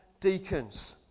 deacons